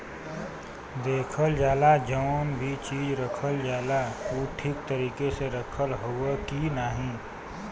देखल जाला की जौन भी चीज रखल जाला उ ठीक तरीके से रखल हौ की नाही